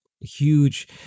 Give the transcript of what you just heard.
huge